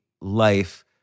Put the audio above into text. life